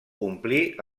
omplir